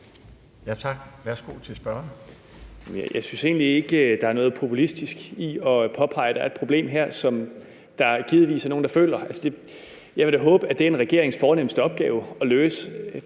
Tak. Værsgo til spørgeren.